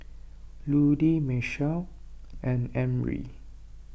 Ludie Michell and Emry